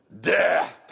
death